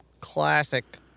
Classic